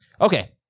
Okay